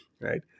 Right